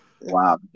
Wow